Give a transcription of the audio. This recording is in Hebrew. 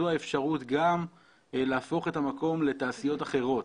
זו האפשרות גם להפוך את המקום לתעשיות אחרות.